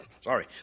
Sorry